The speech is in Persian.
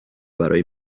برای